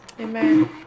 Amen